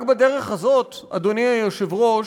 רק בדרך הזאת, אדוני היושב-ראש,